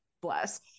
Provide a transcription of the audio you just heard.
bless